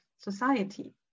society